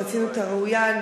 ברצינות הראויה.